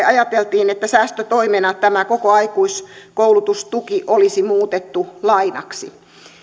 ajateltiin että säästötoimena tämä koko aikuiskoulutustuki olisi muutettu lainaksi